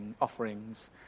offerings